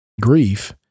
grief